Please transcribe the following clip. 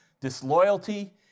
disloyalty